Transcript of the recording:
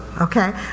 Okay